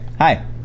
Hi